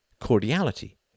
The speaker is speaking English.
cordiality